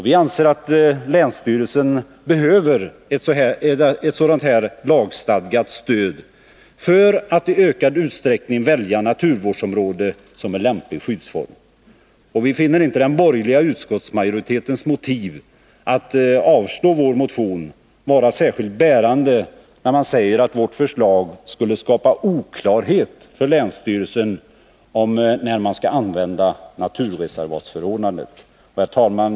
Vi anser att länsstyrelsen behöver ett sådant här lagstadgat stöd för att i ökad utsträckning välja naturvårdsområde som en lämplig skyddsform. Och vi finner inte den borgerliga utskottsmajoritetens motiv för att avstyrka vår motion vara särskilt bärande, när man säger att vårt förslag skulle skapa oklarhet för länsstyrelsen om när man skall använda naturreservatsförordnandet. Herr talman!